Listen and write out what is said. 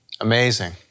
Amazing